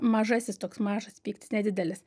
mažasis toks mažas pyktis nedidelis